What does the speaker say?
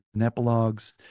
epilogues